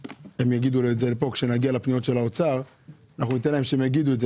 ניתן להם שהם יגידו את זה,